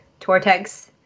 Tortex